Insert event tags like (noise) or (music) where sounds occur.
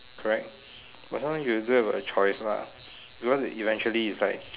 correct but sometimes you don't have a choice lah because eventually it's like (noise)